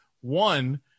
one